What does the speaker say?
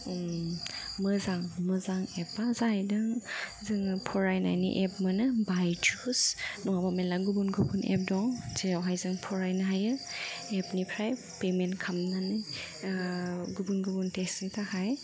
मोजां मोजां एपआ जाहैदों जोङो फरायनायनि एप मोनो बायजुस नङाब्ला मेल्ला गुबुन गुबुन एप दं जेरावहाय जों फरायनो हायो एपनिफ्राय पेमेन्ट खालामनानै गुबुन गुबुन टेस्टनि थाखाय